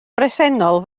bresennol